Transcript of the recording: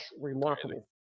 remarkable